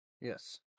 Yes